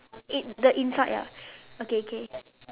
eh the inside ah okay okay